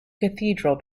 cathedral